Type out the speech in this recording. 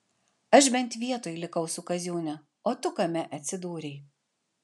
aš bent vietoj likau su kaziūne o tu kame atsidūrei